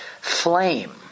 flame